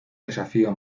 desafío